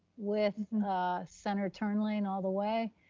with center turn lane all the way,